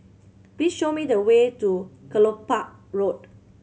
please show me the way to Kelopak Road